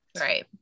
right